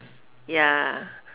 ya